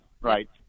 right